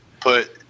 put